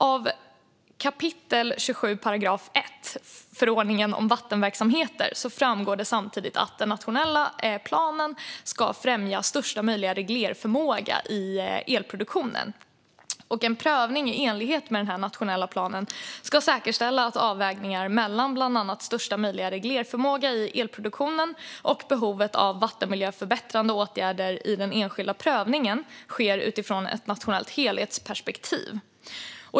Av 27 § 1 förordningen om vattenverksamheter framgår samtidigt att den nationella planen bland annat ska främja största möjliga reglerförmåga i elproduktionen. En prövning i enlighet med den nationella planen ska säkerställa att avvägningar mellan bland annat största möjliga reglerförmåga i elproduktionen och behovet av vattenmiljöförbättrande åtgärder i den enskilda prövningen sker utifrån ett nationellt helhetsperspektiv.